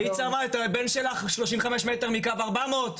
היית שמה את הבן שלך 35 מטרים מקו 400?